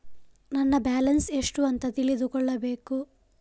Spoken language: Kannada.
ನನ್ನ ಬ್ಯಾಲೆನ್ಸ್ ಎಷ್ಟು ಅಂತ ತಿಳಿದುಕೊಳ್ಳಬೇಕು?